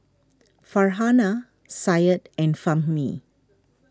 Farhanah Syed and Fahmi